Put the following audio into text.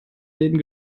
läden